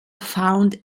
found